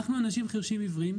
אנחנו אנשים חירשים עיוורים.